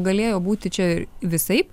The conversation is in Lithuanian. galėjo būti čia ir visaip